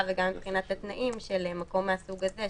וגם מבחינת התנאים של מקום מהסוג הזה,